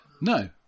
No